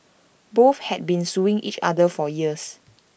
both had been suing each other for years